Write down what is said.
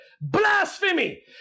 blasphemy